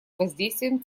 воздействием